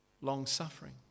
long-suffering